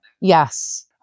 Yes